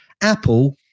Apple